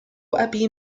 أبي